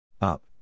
Up